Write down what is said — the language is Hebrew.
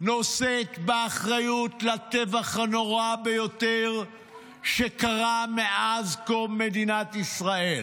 נושאת באחריות לטבח הנורא ביותר שקרה מאז קום מדינת ישראל,